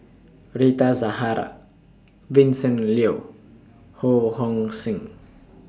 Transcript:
Rita Zahara Vincent Leow Ho Hong Sing